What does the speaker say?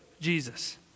Jesus